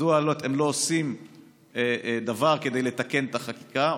מדוע אתם לא עושים דבר כדי לתקן את החקיקה,